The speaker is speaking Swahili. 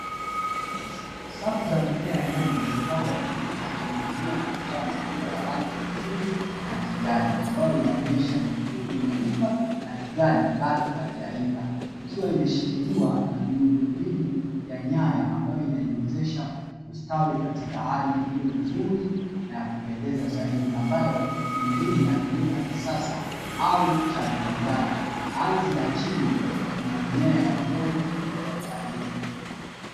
Safu za mimea ya nyanya iliyopandwa ikining'inia na kuzaa matunda ya rangi nyekundu na kijani, ambayo inaonyesha nyekundu ikiwa imeiva na kijani bado haijaiva, ikiwa imeshikiliwa na miundo mbinu ya nyaya ambayo inaiwezesha kustawi katika hali iliyo nzuri na kupendeza zaidi, ambayo ni mbinu ya kilimo ya kisasa au cha viwandani ardhi ya chini ina mimea ya udongo ulioandaliwa.